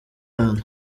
hano